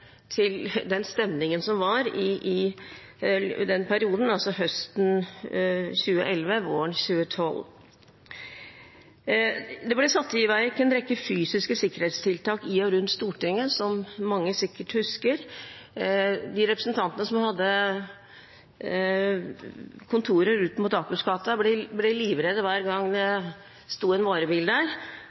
til den stemningen som var i den perioden, altså høsten 2011–våren 2012. Det ble satt i verk en rekke fysiske sikkerhetstiltak i og rundt Stortinget, som mange sikkert husker. De representantene som hadde kontorer ut mot Akersgata, ble livredde hver gang det sto en varebil der.